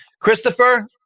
Christopher